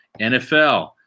NFL